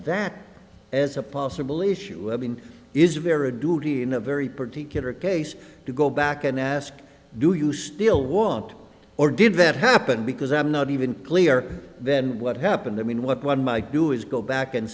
that as a possible each shoe is a very a duty in a very particular case to go back and ask do you still want or did that happen because i'm not even clear then what happened i mean what one might do is go back and